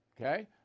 Okay